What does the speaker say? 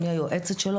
אני היועצת שלו.